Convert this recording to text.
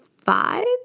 five